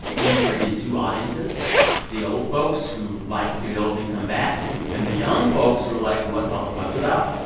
you bring in two audiences the old folks who'd like to see the old thing come back and the young folks who are like, what's all the fuss about?